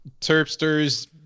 Terpsters